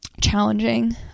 challenging